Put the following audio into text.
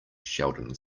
sheldon